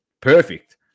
perfect